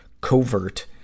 Covert